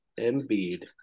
Embiid